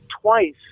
twice